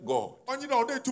God